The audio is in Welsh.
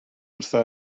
wrtha